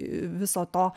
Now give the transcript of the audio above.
viso to